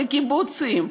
לקיבוצים,